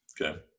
okay